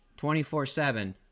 24-7